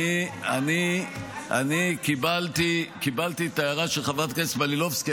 אני קיבלתי את ההערה של חברת הכנסת מלינובסקי.